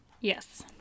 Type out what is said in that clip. Yes